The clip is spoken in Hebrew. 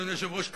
אדוני היושב-ראש,